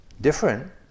different